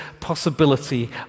possibility